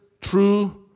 true